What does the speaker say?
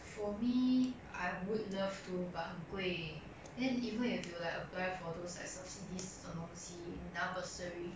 for me I would love to but 很贵 then even if you like apply for those like subsidies 这种东西你拿 bursary